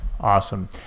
awesome